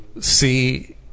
see